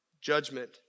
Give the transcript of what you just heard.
judgment